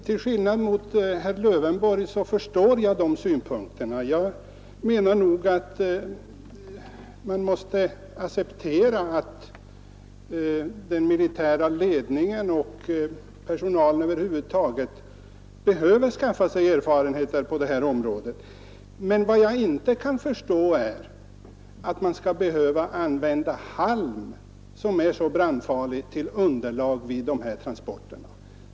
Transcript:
Till skillnad mot herr Lövenborg förstår jag den synpunkten; jag menar att man måste acceptera att den militära ledningen och personalen behöver skaffa sig erfarenheter på det här området. Men vad jag inte kan förstå är att man skall behöva använda halm, som är ett så brandfarligt material, till underlag i dessa vagnar.